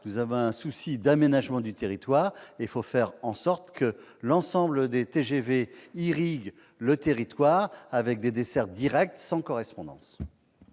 nous sommes de grands défenseurs des territoires. Il faut faire en sorte que l'ensemble des TGV irriguent le territoire avec des dessertes directes, sans correspondance.